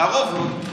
לרוב לא.